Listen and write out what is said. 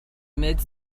mid